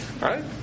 Right